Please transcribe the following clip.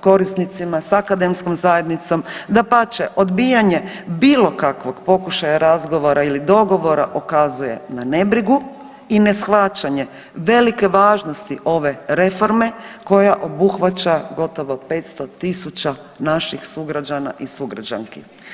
korisnicima, s akademskom zajednicom, dapače, odbijanje bilo kakvog pokušaja razgovora ili dogovora ukazuje na nebrigu i neshvaćanje velike važnosti ove reforme koja obuhvaća gotovo 500.000 naših sugrađana i sugrađanki.